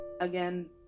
again